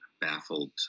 baffled